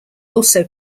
also